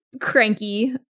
cranky